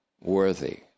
worthy